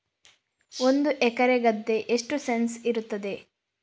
ಒಂದು ಎಕರೆ ಗದ್ದೆ ಎಷ್ಟು ಸೆಂಟ್ಸ್ ಇರುತ್ತದೆ?